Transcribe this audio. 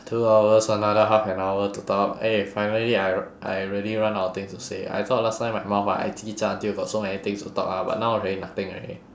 two hours another half and hour to talk eh finally I I really run out of things to say I thought last time my mouth ah I 叽喳 until got so many things to talk ah but now really nothing already